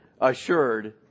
assured